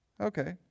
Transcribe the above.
Okay